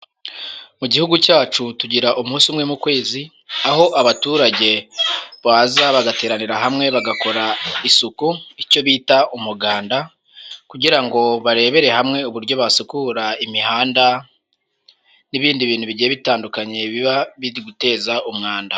Mu gihugu cyacu tugira umunsi umwe mu kwezi, aho abaturage baza bagateranira hamwe bagakora isuku, icyo bita umuganda, kugira ngo barebere hamwe uburyo basukura imihanda, n'ibindi bintu bigiye bitandukanye biba biri guteza umwanda.